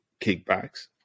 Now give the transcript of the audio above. kickbacks